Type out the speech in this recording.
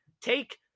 take